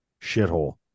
shithole